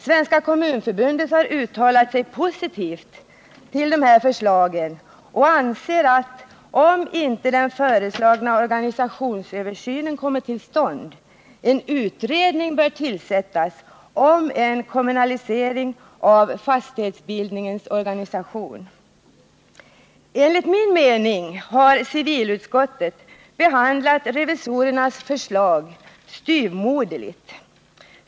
Svenska kommunförbundet har uttalat sig positivt om de här förslagen och anser att, om inte den föreslagna organisationsöversynen kommer till stånd, en utredning bör tillsättas om en kommunalisering av fastighetsbildningens organisation. Enligt min mening har civilutskottet behandlat revisorernas förslag styvmoderligt.